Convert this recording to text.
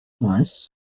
Nice